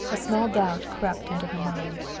a small doubt crept into her mind.